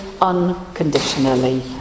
unconditionally